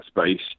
space